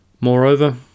Moreover